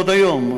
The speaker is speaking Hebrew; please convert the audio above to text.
עוד היום.